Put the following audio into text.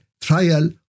trial